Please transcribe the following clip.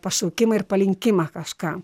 pašaukimą ir palinkimą kažkam